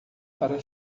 para